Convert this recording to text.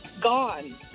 Gone